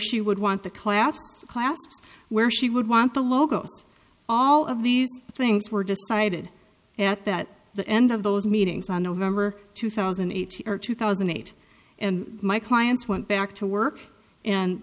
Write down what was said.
she would want the collapse class where she would want the logos all of these things were decided at that the end of those meetings on november two thousand and eight or two thousand and eight and my clients went back to work and